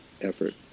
effort